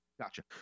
Gotcha